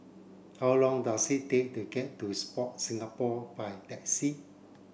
how long does it take to get to Sport Singapore by taxi